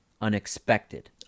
unexpected